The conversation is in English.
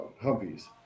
humpies